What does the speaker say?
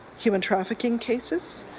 human trafficking cases.